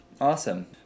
awesome